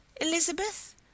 Elizabeth